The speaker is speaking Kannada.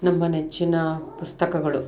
ನಮ್ಮ ನೆಚ್ಚಿನ ಪುಸ್ತಕಗಳು